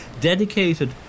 dedicated